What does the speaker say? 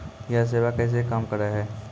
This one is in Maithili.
यह सेवा कैसे काम करै है?